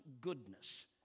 goodness